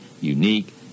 unique